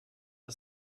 der